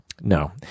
No